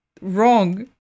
wrong